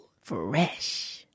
fresh